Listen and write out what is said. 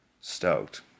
stoked